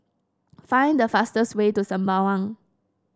find the fastest way to Sembawang